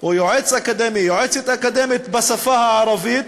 או יועץ אקדמי, יועצת אקדמית, בשפה הערבית,